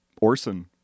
Orson